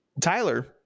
Tyler